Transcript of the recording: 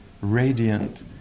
radiant